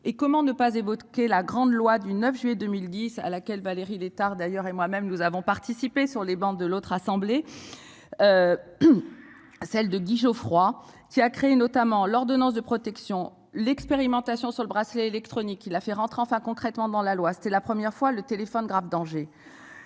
Et comment ne pas évoquer la grande loi du 9 juillet 2010 à laquelle Valérie Létard d'ailleurs et moi-même nous avons participé sur les bancs de l'autre assemblée. Celle de Guy Geoffroy qui a crée notamment l'ordonnance de protection l'expérimentation sur le bracelet électronique, il l'a fait rentrer enfin concrètement dans la loi, c'est la première fois le téléphone grave danger.